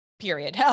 period